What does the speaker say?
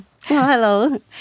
Hello